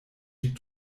die